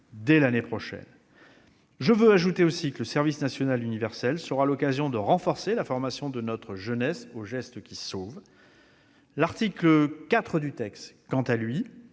dès l'année prochaine. J'ajoute que le service national universel (SNU) sera l'occasion de renforcer la formation de notre jeunesse aux gestes qui sauvent. L'article 4 du texte, quant à lui,